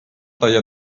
talla